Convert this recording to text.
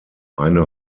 eine